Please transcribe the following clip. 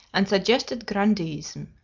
and suggested grandee-ism.